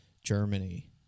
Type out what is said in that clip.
Germany